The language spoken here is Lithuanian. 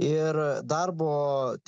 ir darbo